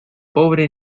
pobre